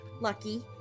Lucky